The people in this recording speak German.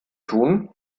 tun